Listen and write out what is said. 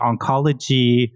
oncology